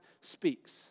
speaks